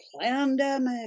pandemic